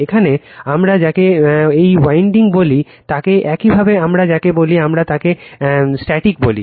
এখানে আমরা যাকে এই ওয়াইন্ডিং বলি তাকে একইভাবে আমরা যাকে বলি আমরা তাকে স্টাটিক বলি